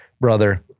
brother